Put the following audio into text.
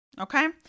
okay